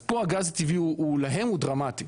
אז פה הגז הטבעי להם הוא דרמטי.